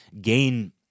gain